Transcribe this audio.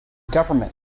government